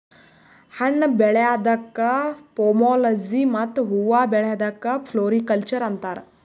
ಹಣ್ಣ್ ಬೆಳ್ಯಾದಕ್ಕ್ ಪೋಮೊಲೊಜಿ ಮತ್ತ್ ಹೂವಾ ಬೆಳ್ಯಾದಕ್ಕ್ ಫ್ಲೋರಿಕಲ್ಚರ್ ಅಂತಾರ್